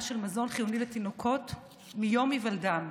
של מזון חיוני לתינוקות מיום היוולדם.